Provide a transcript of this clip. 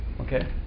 okay